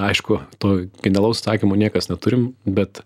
aišku to genialaus atsakymo niekas neturim bet